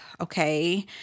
okay